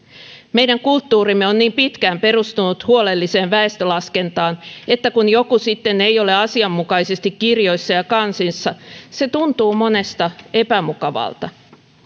meidän kulttuurimme on niin pitkään perustunut huolelliseen väestönlaskentaan että kun joku sitten ei ole asianmukaisesti kirjoissa ja kansissa se tuntuu monesta epämukavalta